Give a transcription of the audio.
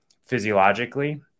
physiologically